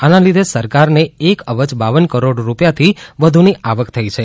આના લીધે સરકારને એક અબજબાવન કરોડ રૂપિયાથી વધુની આવક થઇ છે